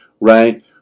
right